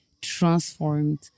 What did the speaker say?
transformed